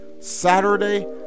saturday